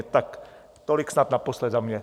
Tak tolik snad naposled za mě.